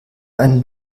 einen